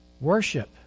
Worship